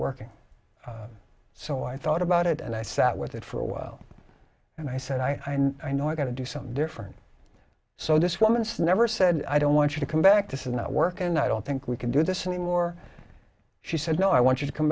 working so i thought about it and i sat with it for a while and i said i know i'm going to do something different so this woman's never said i don't want you to come back this is not work and i don't think we can do this anymore she said no i want you to come